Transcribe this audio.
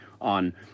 on